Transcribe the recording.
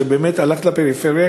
שבאמת הלכת לפריפריה,